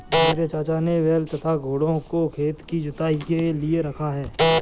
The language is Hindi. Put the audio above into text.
मेरे चाचा ने बैल तथा घोड़ों को खेत की जुताई के लिए रखा है